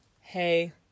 Hey